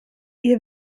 ihr